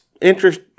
interest